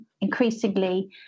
increasingly